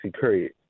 period